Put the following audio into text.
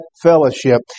fellowship